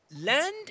Land